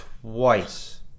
twice